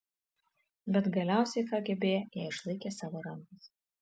bet galiausiai kgb ją išlaikė savo rankose